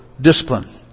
discipline